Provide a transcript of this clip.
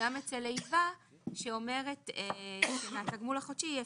וגם אצל נפגעי פעולות איבה,